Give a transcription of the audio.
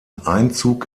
einzug